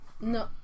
No